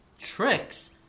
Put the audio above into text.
tricks